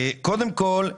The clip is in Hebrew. קודם כל,